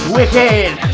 Wicked